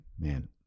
man